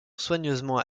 soigneusement